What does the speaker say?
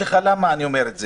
למה אני אומר את זה?